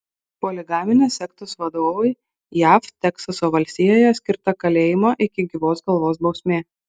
poligaminės sektos vadovui jav teksaso valstijoje skirta kalėjimo iki gyvos galvos bausmė